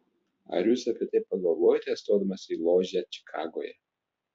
ar jūs apie tai pagalvojote stodamas į ložę čikagoje